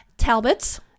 Talbots